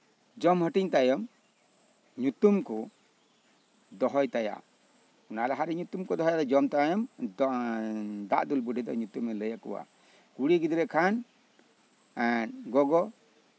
ᱡᱚᱢ ᱦᱟᱹᱴᱤᱧ ᱛᱟᱭᱚᱢ ᱧᱩᱛᱩᱢ ᱠᱚ ᱫᱚᱦᱚᱭ ᱛᱟᱭᱟ ᱚᱱᱟ ᱞᱟᱦᱟᱨᱮ ᱧᱩᱛᱩᱢ ᱠᱚ ᱫᱚᱦᱚᱭ ᱛᱟᱭᱟ ᱡᱚᱢ ᱛᱟᱭᱚᱢ ᱫᱟᱜ ᱫᱩᱞ ᱵᱩᱰᱦᱤ ᱫᱚ ᱧᱩᱛᱩᱢ ᱮ ᱞᱟᱹᱭ ᱠᱚᱣᱟ ᱠᱩᱲᱤ ᱜᱤᱫᱽᱨᱟᱹ ᱠᱷᱟᱱ ᱜᱚᱜᱚ